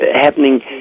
happening